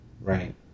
Right